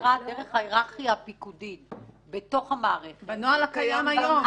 למשטרה דרך ההיררכיה הפיקודית בתוך המערכת -- בנוהל הקיים היום.